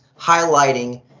highlighting